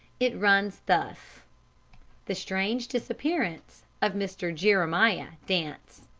it runs thus the strange disappearance of mr. jeremiah dance